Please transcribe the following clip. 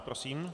Prosím.